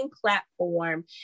platform